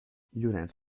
llorenç